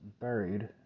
buried